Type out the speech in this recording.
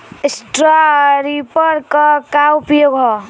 Straw reaper क का उपयोग ह?